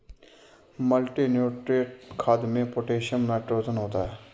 multinutrient खाद में potassium nitrogen होता है